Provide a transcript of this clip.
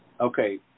Okay